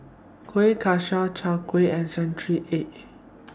Kueh Kaswi Chai Kueh and Century Egg